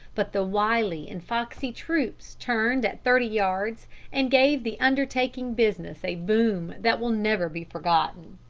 but the wily and foxy troops turned at thirty yards and gave the undertaking business a boom that will never be forgotten.